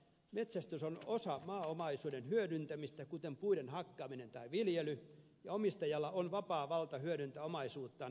metsästys on osa maaomaisuuden hyödyntämistä kuten puiden hakkaaminen tai viljely ja omistajalla on vapaa valta hyödyntää omaisuuttaan haluamallaan tavalla